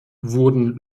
wurden